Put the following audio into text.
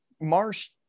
Marsh